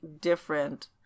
different